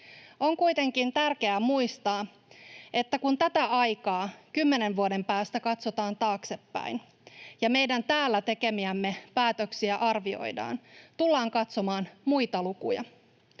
On kuitenkin tärkeää muistaa, että kun tätä korona-aikaa kymmenen vuoden päästä katsotaan taaksepäin ja meidän täällä tekemiämme päätöksiä arvioidaan, tullaan katsomaan muita lukuja: